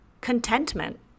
contentment